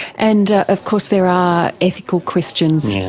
and of course there are ethical questions,